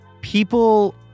People